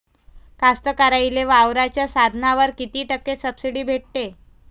कास्तकाराइले वावराच्या साधनावर कीती टक्के सब्सिडी भेटते?